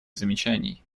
замечаний